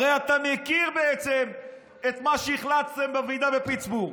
הרי אתה מכיר בעצם את מה שהחלטתם בוועידה בפיטסבורג.